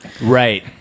Right